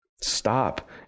Stop